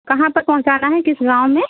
कहाँ पर पहुँचाना है किस गाँव में